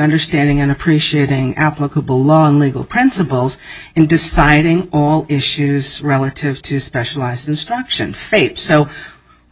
understanding and appreciating applicable law and legal principles in deciding all issues relative to specialized instruction faith so